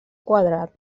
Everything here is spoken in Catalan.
quadrat